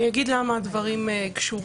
אני אגיד למה הדברים קשורים,